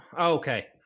Okay